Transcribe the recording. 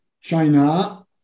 China